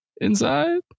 inside